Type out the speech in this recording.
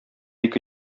ике